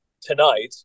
tonight